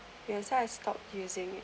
ya so I stopped using it